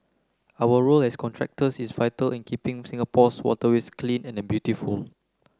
our role as contractors is vital in keeping Singapore's waterways clean and beautiful